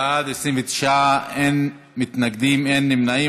בעד, 29, אין מתנגדים, אין נמנעים.